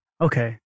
Okay